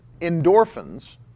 endorphins